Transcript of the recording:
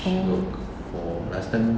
oh